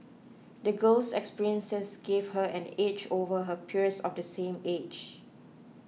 the girl's experiences gave her an edge over her peers of the same age